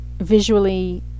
visually